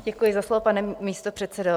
Děkuji za slovo, pane místopředsedo.